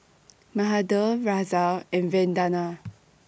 Mahade Razia and Vandana